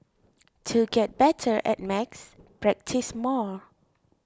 to get better at maths practise more